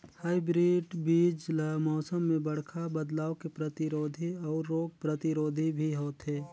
hybrid बीज ल मौसम में बड़खा बदलाव के प्रतिरोधी अऊ रोग प्रतिरोधी भी होथे